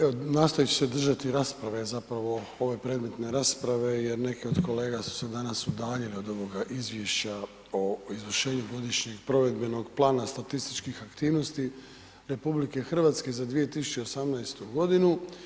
Evo nastojat ću se držati rasprave, zapravo ove predmetne rasprave jer neke od kolega su se danas udaljili od ovoga Izvješća o izvršenju godišnjeg provedbenog plana statističkih aktivnosti Republike Hrvatske za 2018. godinu.